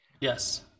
yes